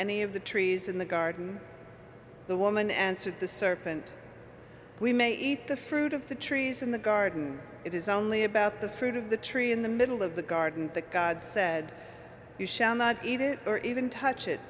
any of the trees in the garden the woman answered the serpent we may eat the fruit of the trees in the garden it is only about the fruit of the tree in the middle of the garden that god said you shall not eat it or even touch it